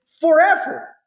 forever